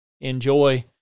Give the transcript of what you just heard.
enjoy